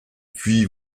puis